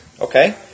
okay